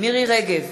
מירי רגב,